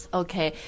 okay